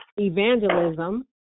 evangelism